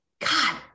god